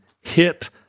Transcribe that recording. hit